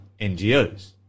NGOs